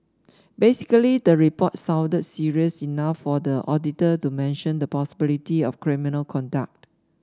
basically the report sounded serious enough for the auditor to mention the possibility of criminal conduct